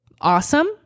awesome